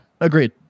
Agreed